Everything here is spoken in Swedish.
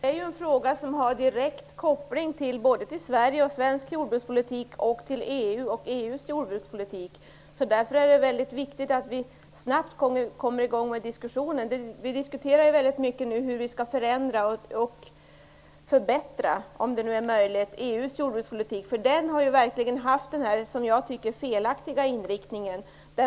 Fru talman! Denna fråga har direkt koppling både till Sverige och svensk jordbrukspolitik och till EU och dess jordbrukspolitik. Därför är det viktigt att vi snabbt kommer i gång med den här diskussionen. Vi diskuterar ju väldigt mycket nu hur vi skall förändra och hur vi skall, om nu detta är möjligt, förbättra EU:s jordbrukspolitik. Den har verkligen, tycker jag, haft en felaktig inriktning.